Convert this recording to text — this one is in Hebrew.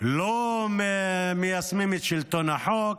לא מיישמים את שלטון החוק,